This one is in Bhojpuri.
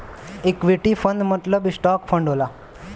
इक्विटी फंड मतलब स्टॉक फंड होला